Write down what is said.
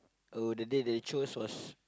oh the date they chose was